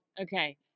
Okay